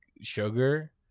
sugar